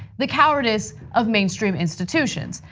the cowardice of mainstream institutions.